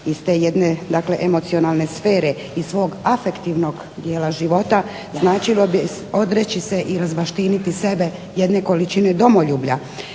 iz te jedne, dakle emocionalne sfere, iz svog afektivnog dijela života značilo bi odreći se i razbaštiniti sebe jedne količine domoljublja.